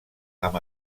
amb